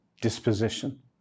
disposition